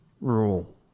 rule